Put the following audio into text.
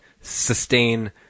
sustain